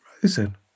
frozen